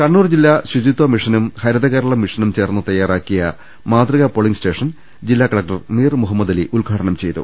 കണ്ണൂർ ജില്ലാ ശുചിത്വമിഷനും ഹരിത കേരള മിഷനും ചേർന്ന് തയ്യാറാക്കിയ മാതൃക പോളിംഗ് സ്റ്റേഷൻ ജില്ലാ കലക്ടർ മീർ മുഹമ്മദ് അലി ഉദ്ഘാടനം ചെയ്തു